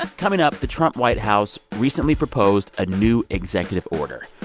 coming up the trump white house recently proposed a new executive order.